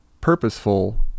purposeful